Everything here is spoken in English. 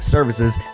Services